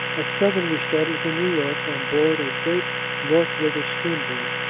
at seven we started for new york on board a great north river steamboat,